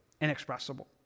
inexpressible